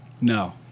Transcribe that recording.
No